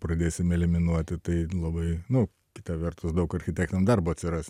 pradėsim eliminuoti tai labai nu kita vertus daug architektam darbo atsiras